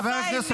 חבר הכנסת